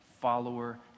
follower